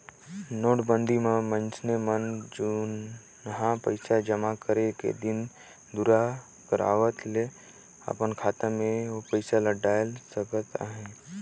नोटबंदी म मइनसे मन जुनहा पइसा जमा करे के दिन दुरा कर आवत ले अपन खाता में ओ पइसा ल डाएल सकत अहे